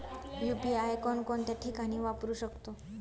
UPI कोणकोणत्या ठिकाणी वापरू शकतो?